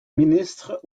ministre